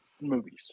movies